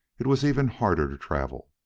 it was even harder to travel,